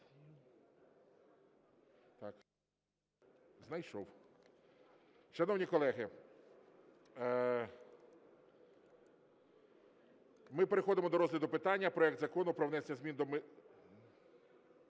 знайшов. Шановні колеги, ми переходимо до розгляду питання проект Закону про внесення змін до…